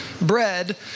bread